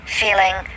feeling